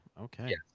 Okay